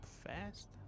Fast